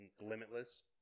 limitless